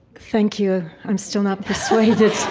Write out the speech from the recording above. thank you. i'm still not persuaded